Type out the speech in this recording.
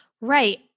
right